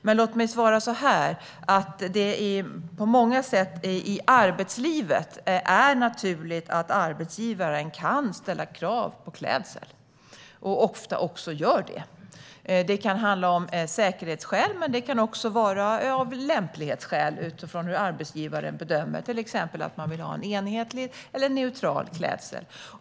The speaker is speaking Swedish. Men låt mig svara så här: I arbetslivet är det på många sätt naturligt att arbetsgivaren kan ställa krav på klädsel och ofta också gör det. Det kan handla om säkerhetsskäl, men också om lämplighetsskäl. Arbetsgivaren kan till exempel bedöma att man ska ha en enhetlig eller neutral klädsel.